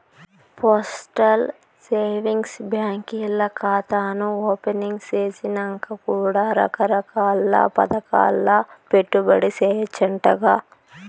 postal savings బాంకీల్ల కాతాను opening సేసినంక కూడా రకరకాల్ల పదకాల్ల పెట్టుబడి సేయచ్చంటగా